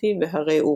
האטלנטי והרי אורל.